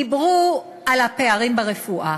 דיברו על הפערים ברפואה.